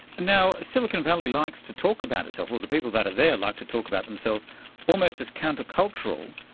now, silicon valley likes to talk about itself, or the people that are there like to talk about themselves almost as countercultural,